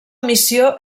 missió